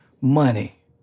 money